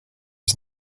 was